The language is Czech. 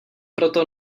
proto